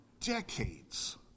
decades